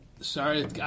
sorry